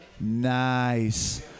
Nice